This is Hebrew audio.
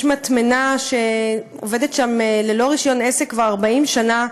יש מטמנה שעובדת ללא רישיון עסק כבר 40 שנה,